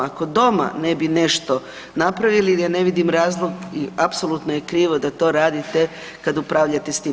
Ako doma ne bi nešto napravili ja ne vidim razlog i apsolutno je krivo da to radite kad upravljate s tim.